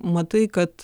matai kad